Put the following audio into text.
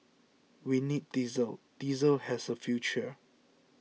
we need diesel diesel has a future